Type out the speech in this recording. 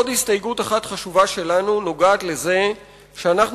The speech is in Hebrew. עוד הסתייגות אחת חשובה שלנו נוגעת לזה שאנחנו